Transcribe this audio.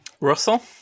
Russell